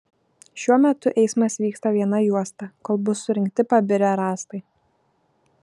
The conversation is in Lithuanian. šiuo metu eismas vyksta viena juosta kol bus surinkti pabirę rąstai